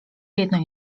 jedno